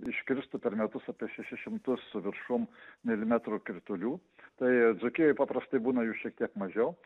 iškristų per metus apie šešis šimtus su viršum milimetrų kritulių tai dzūkijoj paprastai būna jų šiek tiek mažiau